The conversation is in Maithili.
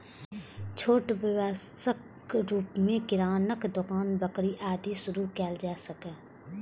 छोट व्यवसायक रूप मे किरानाक दोकान, बेकरी, आदि शुरू कैल जा सकैए